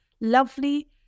lovely